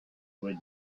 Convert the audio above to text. would